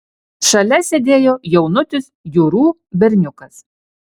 šalia sėdėjo jaunutis jurų berniukas